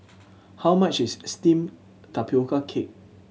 how much is steamed tapioca cake